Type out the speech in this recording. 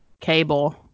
cable